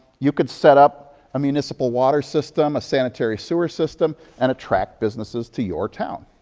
you could set up a municipal water system, a sanitary sewer system, and attract businesses to your town.